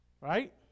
right